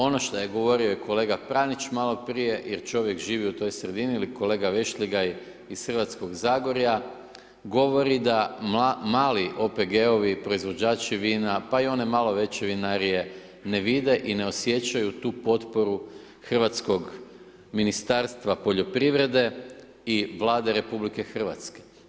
Ono što je govorio i kolega Pranić maloprije, jer čovjek živi u toj sredini ili kolega Vešligaj iz Hrvatskog zagorja, govori da mali OPG-ovi, proizvođači vina, pa i one malo veće vinarije, ne vide i ne osjećaju tu potporu hrvatskog ministarstva poljoprivrede i Vlade RH.